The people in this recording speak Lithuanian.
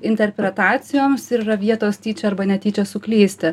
interpretacijoms ir yra vietos tyčia arba netyčia suklysti